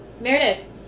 Meredith